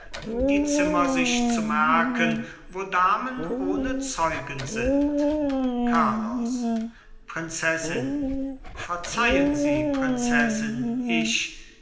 die zimmer sich zu merken wo damen ohne zeugen sind carlos prinzessin verzeihen sie prinzessin ich